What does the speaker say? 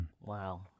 Wow